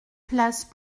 place